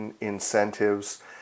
incentives